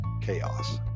chaos